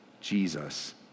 Jesus